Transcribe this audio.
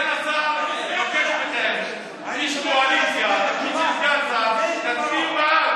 סגן השר, אני מבקש מכם, קואליציה, תצביעו בעד.